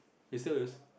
there still is